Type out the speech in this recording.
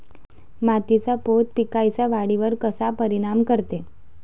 मातीचा पोत पिकाईच्या वाढीवर कसा परिनाम करते?